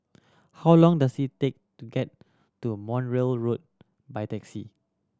how long does it take to get to Montreal Road by taxi